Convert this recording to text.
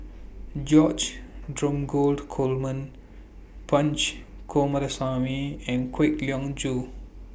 George Dromgold Coleman Punch Coomaraswamy and Kwek Leng Joo